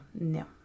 no